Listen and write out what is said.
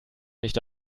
nicht